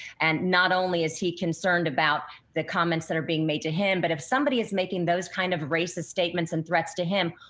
and not only is he concerned about the comments that are being made to him, but if somebody is making those kind of racist statements and threats to him,